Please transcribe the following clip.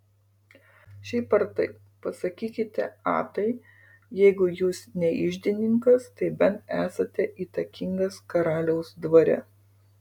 šiaip ar taip pasakykite atai jeigu jūs ne iždininkas tai bent esate įtakingas karaliaus dvare